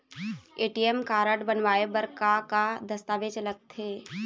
ATM card बनवाए बर का का दस्तावेज लगथे?